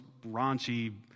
raunchy